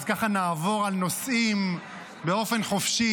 אז ככה נעבור על נושאים באופן חופשי.